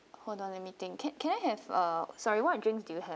hold on let me think ca~ can I have uh sorry what uh drinks do you have